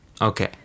Okay